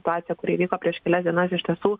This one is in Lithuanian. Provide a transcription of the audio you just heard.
situacija kuri įvyko prieš kelias dienas iš tiesų